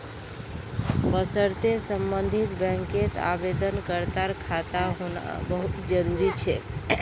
वशर्ते सम्बन्धित बैंकत आवेदनकर्तार खाता होना बहु त जरूरी छेक